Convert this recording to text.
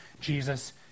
Jesus